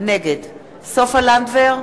נגד סופה לנדבר,